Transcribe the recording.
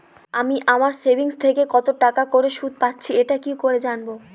আমি আমার সেভিংস থেকে কতটাকা করে সুদ পাচ্ছি এটা কি করে জানব?